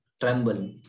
tremble